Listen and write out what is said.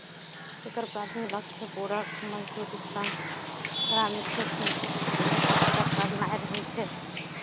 एकर प्राथमिक लक्ष्य पूरक मजदूरीक संग ग्रामीण क्षेत्र में पोषण स्तर मे सुधार करनाय रहै